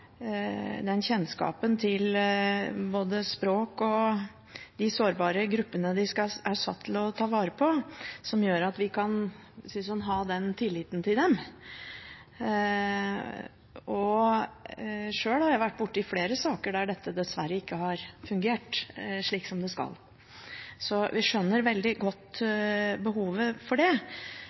sårbare gruppene de er satt til å ta vare på som gjør at vi kan, for å si det sånn, ha tillit til dem. Sjøl har jeg vært borti flere saker der dette dessverre ikke har fungert slik som det skal, så vi skjønner veldig godt behovet for det.